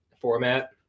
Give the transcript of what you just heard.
format